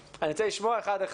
אחד.